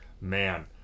Man